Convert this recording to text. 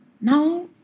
Now